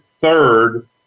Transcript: third